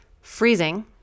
freezing